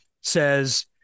says